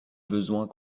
besoins